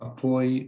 Apoi